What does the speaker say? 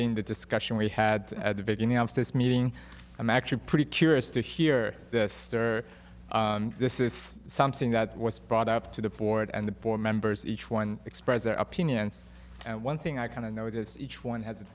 in the discussion we had at the beginning of this meeting i'm actually pretty curious to hear this this is something that was brought up to the board and the board members each one express their opinions and one thing i kind of notice each one ha